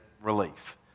relief